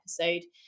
episode